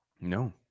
No